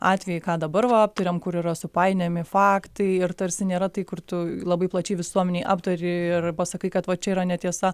atvejai ką dabar va aptarėm kur yra supainiojami faktai ir tarsi nėra tai kur tu labai plačiai visuomenei aptari ir pasakai kad va čia yra netiesa